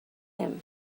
him